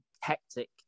hectic